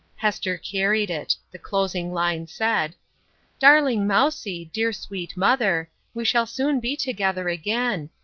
hester carried it the closing line said darling mousie, dear sweet mother, we shall soon be together again.